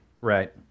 Right